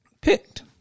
picked